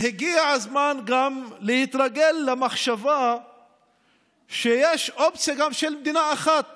הגיע הזמן גם להתרגל למחשבה שיש אופציה גם של מדינה אחת